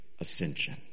ascension